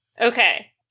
Okay